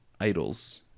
idols